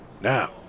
Now